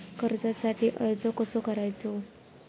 कर्जासाठी अर्ज कसो करायचो?